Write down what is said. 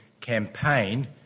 campaign